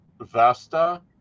Vesta